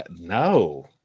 No